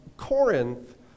Corinth